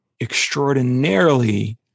extraordinarily